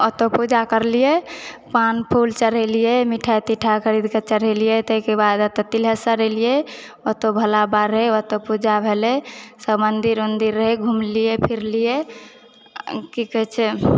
ओतय पूजा करलिऐ पान फूल चढ़ेलिऐ मिठाय तिठाय खरीदकऽ चढ़ेलिऐ तहिके बाद एतऽ तिल्हेश्वर एलिऐ ओतौ भोला बाबा रहै ओतौ पूजा भेलै सब मंदिर उंदीर रहै घुमलिऐ फिरलिऐ की कहै छै